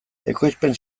ekoizpen